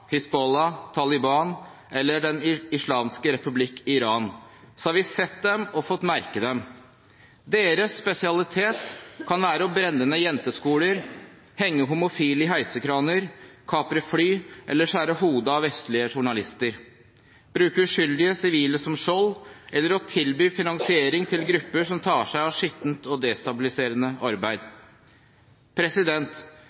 Taliban eller Den islamske republikken Iran, har vi sett dem og fått merke dem. Deres spesialitet kan være å brenne ned jenteskoler, henge homofile i heisekraner, kapre fly eller skjære hodet av vestlige journalister, bruke uskyldige sivile som skjold eller å tilby finansiering til grupper som tar seg av skittent og destabiliserende arbeid.